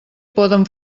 poden